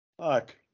Fuck